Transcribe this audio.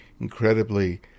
incredibly